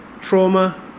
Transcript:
trauma